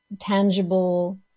tangible